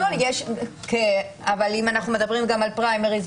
אם אנחנו מדברים גם על פריימריז,